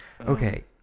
Okay